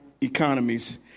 economies